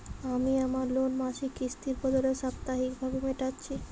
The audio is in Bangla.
আমি আমার লোন মাসিক কিস্তির বদলে সাপ্তাহিক ভাবে মেটাচ্ছি